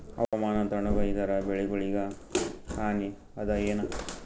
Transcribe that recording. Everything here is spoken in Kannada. ಹವಾಮಾನ ತಣುಗ ಇದರ ಬೆಳೆಗೊಳಿಗ ಹಾನಿ ಅದಾಯೇನ?